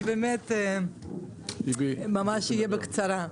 אני אדבר בקצרה.